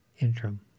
interim